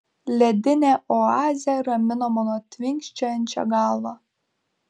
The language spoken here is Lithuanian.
ledinė oazė ramino mano tvinkčiojančią galvą